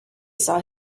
saw